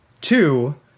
Two